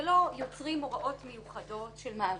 ולא יוצרים הוראות מיוחדות של מעבר.